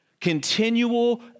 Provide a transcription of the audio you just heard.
Continual